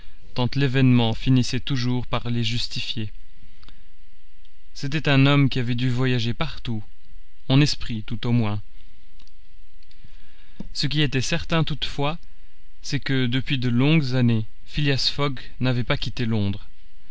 tant l'événement finissait toujours par les justifier c'était un homme qui avait dû voyager partout en esprit tout au moins ce qui était certain toutefois c'est que depuis de longues années phileas fogg n'avait pas quitté londres